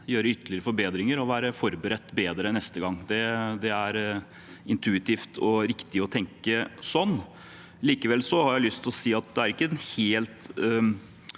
gjøre ytterligere forbedringer og være bedre forberedt neste gang. Det er intuitivt og riktig å tenke sånn. Likevel har jeg lyst å si at dette ikke er en helt